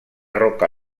roca